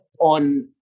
on